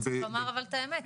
צריך לומר אבל את האמת,